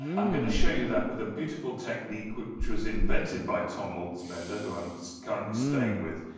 i'm gonna show you that with a beautiful technique which was invented by tom malzbender, who i'm so currently staying with,